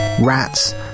Rats